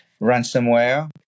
ransomware